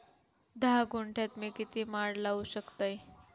धा गुंठयात मी किती माड लावू शकतय?